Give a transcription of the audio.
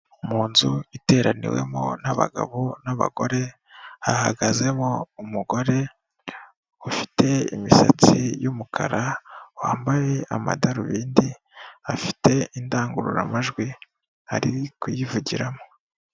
Mu nzu iteraniwemo n'abagabo n'abagore, bahagazemo umugore ufite imisatsi y'umukara, wambaye amadarubindi afite indangururamajwi ari kuyivugiramo.